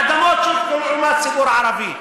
אדמות שהופקעו מהציבור הערבי.